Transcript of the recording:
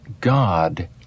God